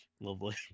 Lovely